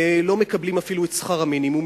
הם לא מקבלים אפילו את שכר המינימום,